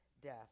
death